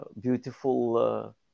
beautiful